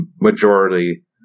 majority